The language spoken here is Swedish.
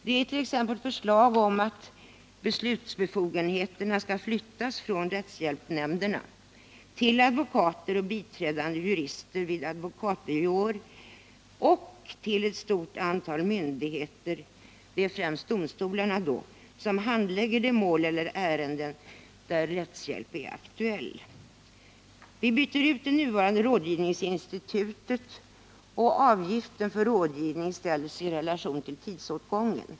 Det är t.ex. förslag om att beslutsbefogenheter skall flyttas från rättshjälpsnämnderna till advokater och biträdande jurister vid advokatbyråer och till ett stort antal myndigheter, främst domstolarna, som handlägger mål eller ärenden där rättshjälp är aktuell. Vi byter ut det nuvarande rådgivningsinstitutet, och avgiften för rådgivning ställs i relation till tidsåtgången.